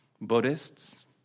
Buddhists